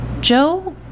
joe